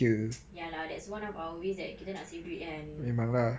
ya lah that's one of our ways that kita nak save duit kan